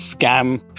scam